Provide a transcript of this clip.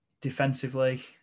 defensively